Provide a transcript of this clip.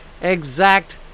exact